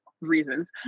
reasons